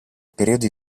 periodo